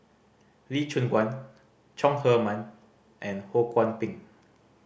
Lee Choon Guan Chong Heman and Ho Kwon Ping